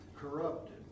corrupted